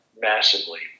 massively